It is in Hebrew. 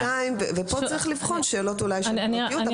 כאן צריך לבחון אולי שאלות של פרטיות אבל